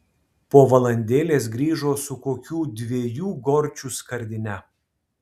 po valandėlės grįžo su kokių dviejų gorčių skardine